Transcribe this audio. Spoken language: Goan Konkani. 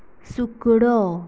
सुकडो